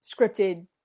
Scripted